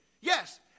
yes